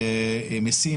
מיסים,